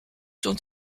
son